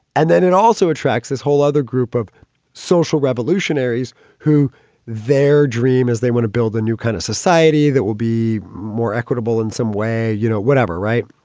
and then it also attracts this whole other group of social revolutionaries who their dream is. they want to build a new kind of society that will be more equitable in some way, you know, whatever. right.